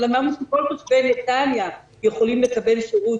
אבל אמרנו שכל תושבי נתניה יכולים לקבל שירות